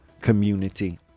community